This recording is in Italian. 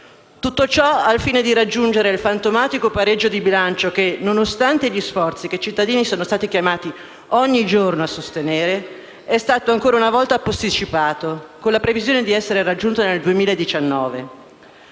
Tutto ciò al fine di raggiungere il fantomatico pareggio di bilancio che, nonostante gli sforzi che i cittadini sono stati chiamati ogni giorno a sostenere, è stato ancora una volta posticipato, con la previsione di essere raggiunto nel 2019.